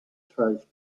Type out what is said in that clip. throws